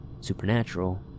supernatural